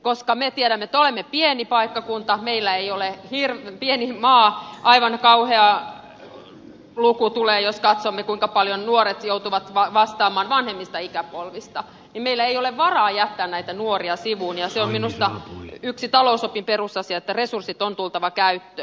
koska me tiedämme että olemme pieni paikkakunta meillä ei ole liian pieni maa aivan kauhea luku tulee jos katsomme kuinka paljon nuoret joutuvat vastaamaan vanhemmista ikäpolvista niin meillä ei ole varaa jättää näitä nuoria sivuun ja se on minusta yksi talousopin perusasia että resurssit on tultava käyttöön